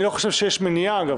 אני לא חושב שיש מניעה כזאת, אגב.